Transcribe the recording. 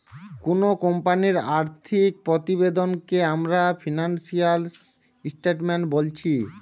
কুনো কোম্পানির আর্থিক প্রতিবেদনকে আমরা ফিনান্সিয়াল স্টেটমেন্ট বোলছি